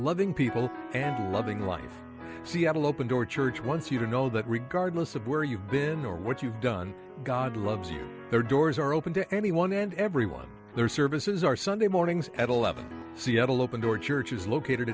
loving people and loving life so you have an open door church once you've known that regardless of where you've been or what you've done god loves you there doors are open to anyone and everyone their services are sunday mornings at eleven seattle open door church is located